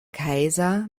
kaiser